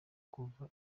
kuva